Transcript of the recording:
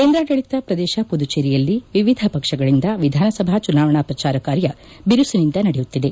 ಕೇಂದ್ರಾಡಳಿತ ಪ್ರದೇಶ ಪುದುಚೇರಿಯಲ್ಲಿ ವಿವಿಧ ಪಕ್ಷಗಳಿಂದ ವಿಧಾನಸಭಾ ಚುನಾವಣಾ ಪ್ರಚಾರ ಕಾರ್ಯ ಬಿರುಸಿನಿಂದ ನಡೆಯುತ್ತಿದೆ